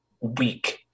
weak